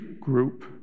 group